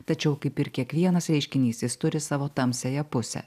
tačiau kaip ir kiekvienas reiškinys jis turi savo tamsiąją pusę